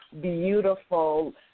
beautiful